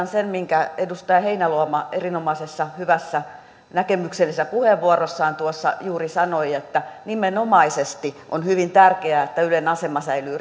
sen minkä edustaja heinäluoma erinomaisessa hyvässä näkemyksellisessä puheenvuorossaan tuossa juuri sanoi nimenomaisesti on hyvin tärkeää että ylen asema säilyy